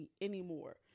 anymore